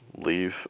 leave